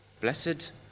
blessed